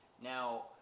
Now